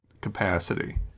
capacity